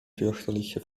fürchterliche